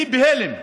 אני בהלם.